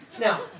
now